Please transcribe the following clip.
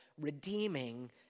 Redeeming